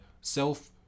self